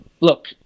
look